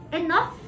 enough